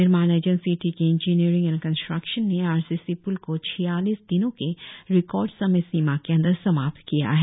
निर्माण agency T K engineer and construction ने R C C प्ल को छियालीस दिनों के रिकॉर्ड समय सीमा के अंदर समाप्त किया है